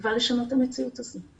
בתקווה לשנות את המציאות הזו.